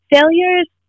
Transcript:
failures